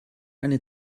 eine